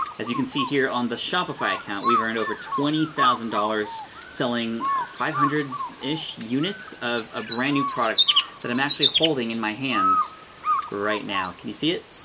as you can see here on the shopify account, we've earned over twenty thousand dollars selling five hundred ish units of a brand new product that i'm actually holding in my hands right now. can you see it?